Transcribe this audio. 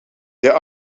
there